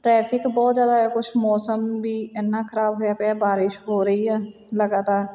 traffic ਬਹੁਤ ਜ਼ਿਆਦਾ ਆ ਕੁਛ ਮੌਸਮ ਵੀ ਐਨਾ ਖਰਾਬ ਹੋਇਆ ਪਿਆ ਬਾਰਿਸ਼ ਹੋ ਰਹੀ ਆ ਲਗਾਤਾਰ